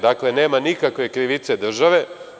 Dakle, nema nikakve krivice države.